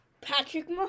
Patrick